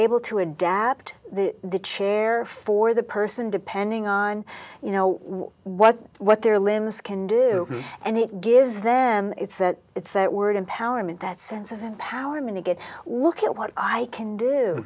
able to adapt the chair for the person depending on you know what what their limbs can do and it gives them it's that it's that word empowerment that sense of empowerment to get work at what i can do